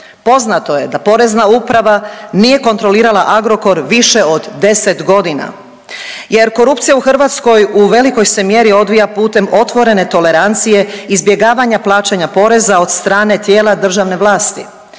Poznato je da Porezna uprava nije kontrolirala Agrokor više od 10 godina, jer korupcija u Hrvatskoj u velikoj se mjeri odvija putem otvorene tolerancije, izbjegavanja plaćanja poreza od strane tijela državne vlasti